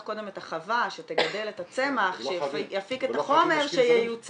קודם את החווה שתגדל את הצמח שיפיק את החומר שייוצא.